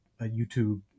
YouTube